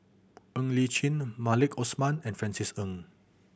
Ng Li Chin Maliki Osman and Francis Ng